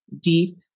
deep